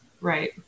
Right